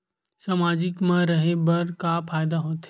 सामाजिक मा रहे बार का फ़ायदा होथे?